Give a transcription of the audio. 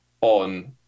on